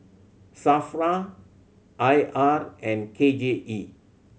SAFRA I R and K J E